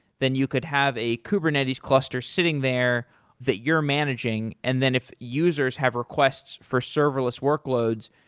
then you could have a kubernetes cluster sitting there that you're managing. and then if users have requests for serverless workloads,